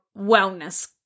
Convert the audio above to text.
wellness